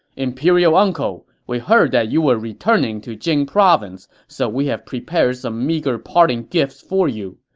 imperial uncle, we heard that you were returning to jing province, so we have prepared some meager parting gifts for you,